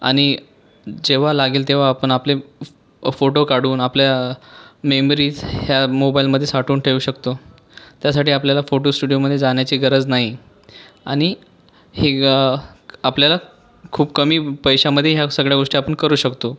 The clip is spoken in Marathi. आणि जेव्हा लागेल तेव्हा आपण आपले फोटो काढून आपल्या मेमरीज ह्या मोबाईलमधे साठवून ठेवू शकतो त्यासाठी आपल्याला फोटो स्टुडिओमध्ये जाण्याची गरज नाही आणि हे आपल्याला खूप कमी पैशामधे ह्या सगळ्या गोष्टी आपण करू शकतो